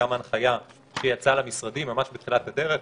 יש גם את ההנחיה, שיצאה למשרדים, ממש בתחילת הדרך.